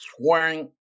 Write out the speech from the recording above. swearing